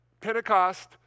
Pentecost